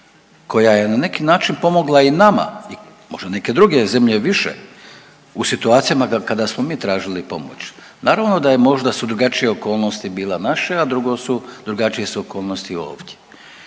koja je na neki način pomogla i nama, možda neke druge zemlje i više u situacijama kada smo mi tražili pomoć. Naravno da je možda su drugačije okolnosti bile naše, a drugo su, drugačije su okolnosti ovdje.